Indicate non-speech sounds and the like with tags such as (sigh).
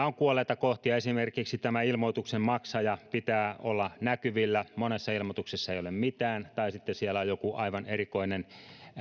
(unintelligible) on kuolleita kohtia esimerkiksi se että ilmoituksen maksajan pitää olla näkyvillä monissa ilmoituksissa ei ole mitään tai sitten siellä on joku aivan erikoinen